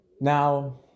Now